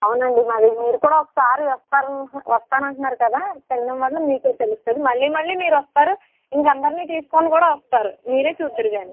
అవునండి మాది మీరు కూడా ఒకసారి వస్తాను వస్తాను అంటున్నారు కదా తినడం వల్ల మీకే తెలుస్తుంది మళ్ళీ మళ్ళీ మీరొస్తారు ఇంక అందర్నీ తీసుకుని కూడా వస్తారు మీరే చూద్దురుగాని